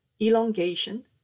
elongation